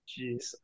Jeez